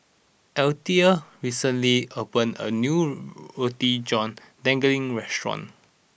Alethea recently opened a new Roti John Daging restaurant